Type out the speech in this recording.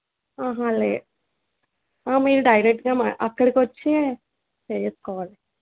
లేదు మీరు డైరెక్ట్గా మా అక్కడికొచ్చే చేసుకోవాలి